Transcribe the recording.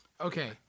Okay